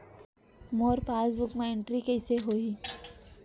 मोर passbook मा entry कइसे होही?